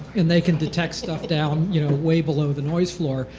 and they can detect stuff down you know way below the noise floor.